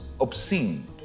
obscene